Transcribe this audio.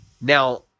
now